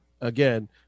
Again